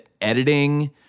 editing